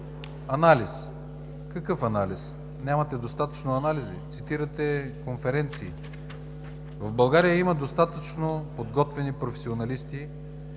Анализ. Какъв анализ? Нямате достатъчно анализи ли? Цитирате конференции. В България има достатъчно подготвени професионалисти,